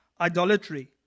idolatry